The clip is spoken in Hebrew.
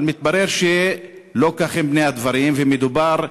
אבל מתברר שלא כאלה הם פני הדברים ומדובר,